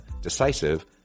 decisive